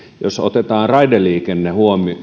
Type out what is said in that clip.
jos otetaan raideliikenne